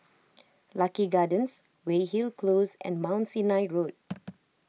Lucky Gardens Weyhill Close and Mount Sinai Road